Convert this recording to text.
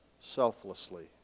selflessly